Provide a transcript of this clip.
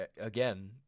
again